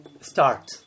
start